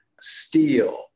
steel